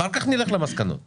אחר כך נלך למסקנות.